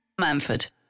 Manford